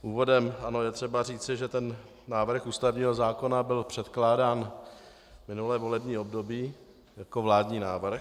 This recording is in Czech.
Úvodem je třeba říci, že ten návrh ústavního zákona byl předkládán minulé volební období jako vládní návrh.